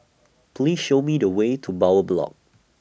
Please Show Me The Way to Bowyer Block